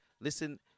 listen